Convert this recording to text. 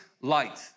light